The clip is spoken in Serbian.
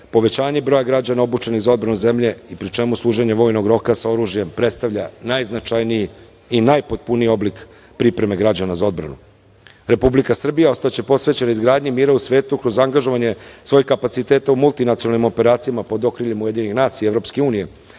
povećanje broja građana obučenih za odbranu zemlju i pri čemu služenje vojnog roka sa oružjem predstavlja najznačajniji i najpotpuniji oblik pripreme građana za odbranu. Republika Srbija ostaće posvećena izgradnji mira u svetu kroz angažovanje svojih kapaciteta u multinacionalnim operacijama pod okriljem UN i EU, čime pokazuje